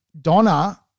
Donna